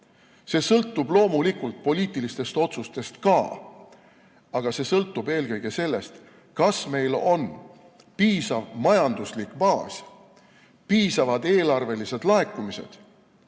See sõltub loomulikult poliitilistest otsustest ka. Aga see sõltub eelkõige sellest, kas meil on piisav majanduslik baas, piisavad eelarvelised laekumised,